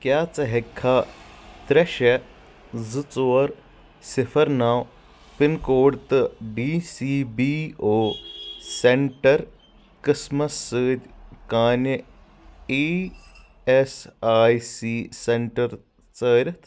کیٛاہ ژٕ ہیٚکھا ترٛےٚ شےٚ زٕ ژور صفَر نَو پِن کوڈ تہٕ D C B O centre قٕسمس سۭتۍ کانہِ E S I C centre ژٲرِتھ